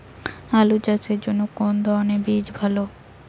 আলু চাষের জন্য কোন ধরণের বীজ ভালো?